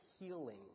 healing